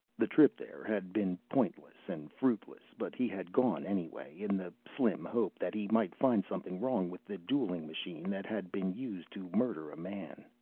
the trip there had been pointless and fruitless. but he had gone anyway, in the slim hope that he might find something wrong with the dueling machine that had been used to murder a man.